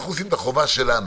אנחנו עושים את החובה שלנו,